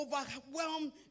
overwhelmed